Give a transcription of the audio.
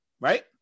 Right